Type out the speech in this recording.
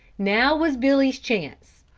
now was billy's chance.